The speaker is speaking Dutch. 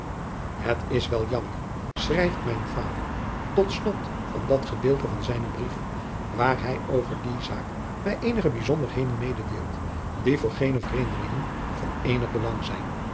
het is wel jammer schrijft mijn vader tot slot van dat gedeelte van zijnen brief waar hij over die zaak mij eenige bijzonderheden mededeelt die voor geene vreemdelingen van eenig belang zijn